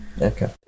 Okay